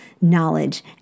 knowledge